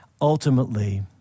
Ultimately